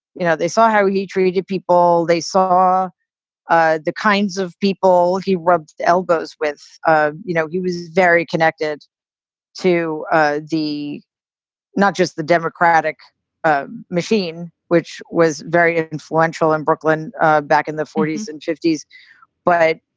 you know, they saw how he treated people. they saw ah the kinds of people he rubbed elbows with ah you know, he was very connected to ah the not just the democratic machine, which was very influential in brooklyn back in the forty s and fifty point s but,